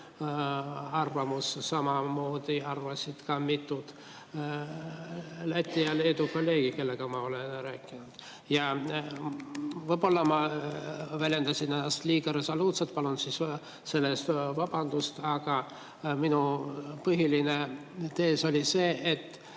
arvamus, samamoodi arvasid ka mitu Läti ja Leedu kolleegi, kellega ma olen rääkinud. Võib-olla ma väljendasin ennast liiga resoluutselt – palun selle eest vabandust –, aga minu põhiline tees oli see, et